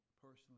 personally